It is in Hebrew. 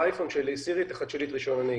באייפון שלי שתחדש לי את רישיון הנהיגה,